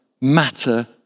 matter